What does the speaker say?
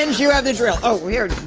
and you have the drill. oh, here.